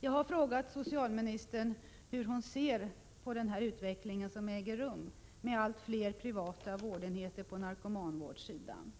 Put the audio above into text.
Jag har frågat socialministern hur hon ser på den utveckling som äger rum, med allt fler privata vårdenheter på narkomanvårdssidan.